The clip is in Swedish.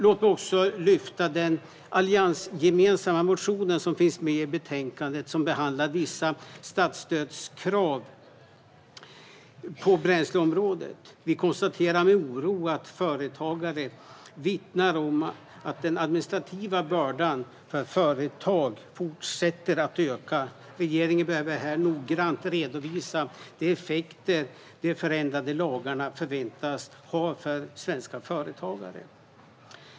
Låt mig även lyfta fram den alliansgemensamma motionen som finns i betänkandet och som behandlar vissa statsstödskrav på bränsleområdet. Vi konstaterar med oro att företagare vittnar om att den administrativa bördan för företag fortsätter att öka. Regeringen behöver noggrant redovisa de effekter de förändrade lagarna förväntas ha för svenska företagare.